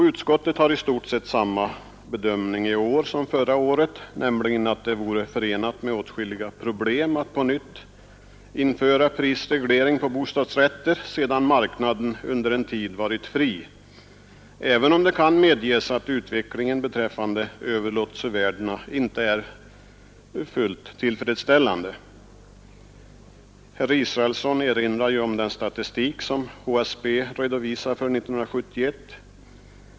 Utskottet har i stort sett samma bedömning i år som förra året, nämligen att det vore förenat med åtskilliga problem att på nytt införa prisreglering på bostadsrätter sedan marknaden under en tid varit fri, även om det kan medges att utvecklingen beträffande överlåtelsevärdena inte är fullt tillfredsställande. Herr Israelsson erinrar ju om den statistik som HSB redovisar för 1971.